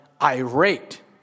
irate